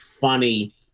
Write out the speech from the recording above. funny